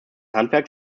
handwerk